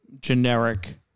generic